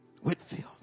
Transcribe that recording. Whitfield